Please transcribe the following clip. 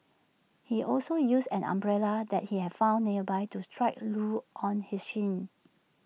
he also used an umbrella that he had found nearby to strike Loo on his shin